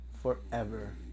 forever